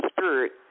spirit